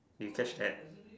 did you catch that